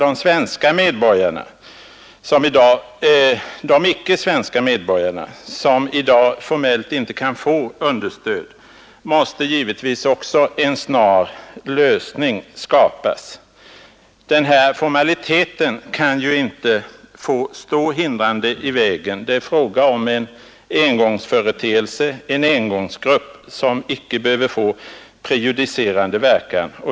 Också för de icke svenska medborgare som i dag av formella skäl icke kan få understöd måste givetvis en snar lösning åstadkommas. En sådan här formalitet kan inte få stå hindrande i vägen. Det är fråga om en enstaka grupp, en engångsföreteelse som icke behöver få prejudicerande verkan.